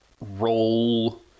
roll